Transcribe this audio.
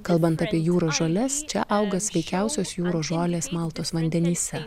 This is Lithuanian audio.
kalbant apie jūros žoles čia auga sveikiausios jūros žolės maltos vandenyse